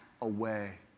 away